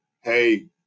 hey